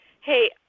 hey